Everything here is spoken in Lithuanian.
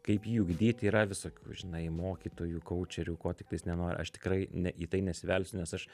kaip jį ugdyti yra visokių žinai mokytojų koučerių ko tiktais nenori aš tikrai ne į tai nesivelsiu nes aš